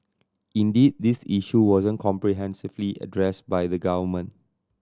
indeed this issue wasn't comprehensively addressed by the government